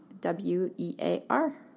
W-E-A-R